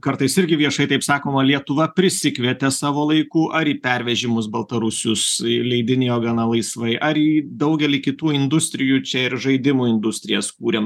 kartais irgi viešai taip sakoma lietuva prisikvietė savo laiku ar į pervežimus baltarusius įleidinėjo gana laisvai ar į daugelį kitų industrijų čia ir žaidimų industrijas kūrėm